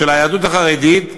של היהדות החרדית,